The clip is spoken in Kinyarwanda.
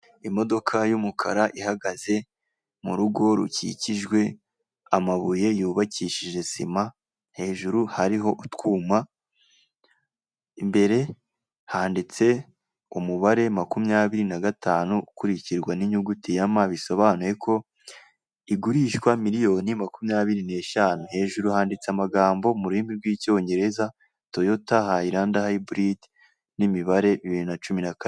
Imodoka y'umukara ihagaze mu rugo rukikijwe amabuye yubakishije sima hejuru hariho utwuma imbere handitse umubare makumyabiri na gatanu ukurikirwa n'inyuguti ya M bisobanuye ko igurishwa miliyoni makumyabiri n'eshanu hejuru handitse amagambo mu rurimi rw'icyongereza toyota hilande hybrid n'imibare bibiri n'acumi na kabiri.